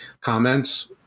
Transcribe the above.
comments